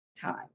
time